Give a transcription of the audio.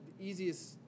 easiest